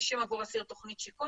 עבור אסיר תכנית שיקום,